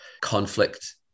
conflict